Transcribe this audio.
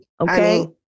okay